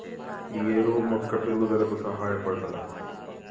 ఈ ఎరువు మొక్క పెరుగుదలకు సహాయపడుతదా?